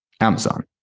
Amazon